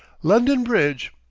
london bridge,